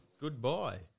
Goodbye